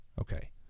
okay